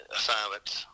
assignments